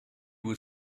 were